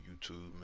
YouTube